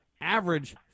average